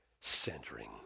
centering